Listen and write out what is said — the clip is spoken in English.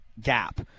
gap